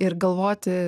ir galvoti